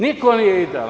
Niko nije idealan.